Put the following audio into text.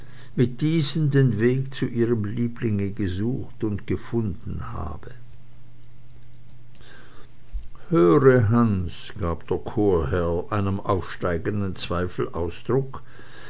mit diesen den weg zu ihrem lieblinge gesucht und gefunden habe höre hans gab der chorherr einem aufsteigenden